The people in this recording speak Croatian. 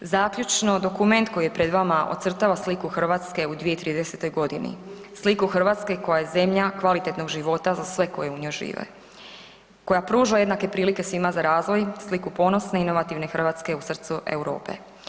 Zaključno dokument koji je pred vama ocrtava sliku Hrvatske u 2030. godini, sliku Hrvatske koja je zemlja kvalitetnog života za sve koji u njoj žive, koja pruža jednake prilike svima za razvoj, sliku ponosne i inovativne Hrvatske u srcu Europe.